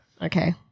Okay